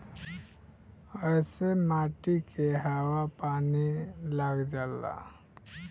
ऐसे माटी के हवा आ पानी लाग जाला